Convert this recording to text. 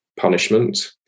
punishment